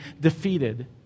defeated